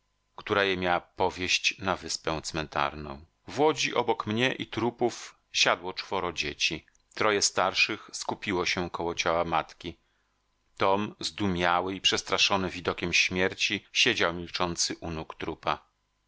która je miała powieść na wyspę cmentarną w łodzi obok mnie i trupów siadło czworo dzieci troje starszych skupiło się koło ciała matki tom zdumiały i przestraszony widokiem śmierci siedział milczący u nóg trupa